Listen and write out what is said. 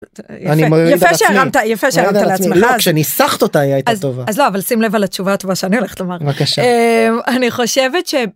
יפה שהרמת לעצמך, אז... כשניסחת אותה היא הייתה טובה. אז לא, אבל שים לב לתשובה הטובה שאני הולכת לומר, בבקשה אני חושבת ש.